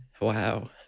Wow